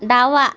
डावा